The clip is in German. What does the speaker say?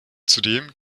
zudem